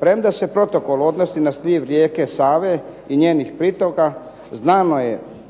Premda se protokol odnosi na sliv rijeke Save i njenih pritoka znano je